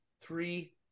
three